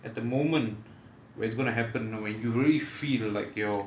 at the moment where it's gonna happen when you really feel like you're